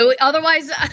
Otherwise